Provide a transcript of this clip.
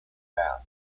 path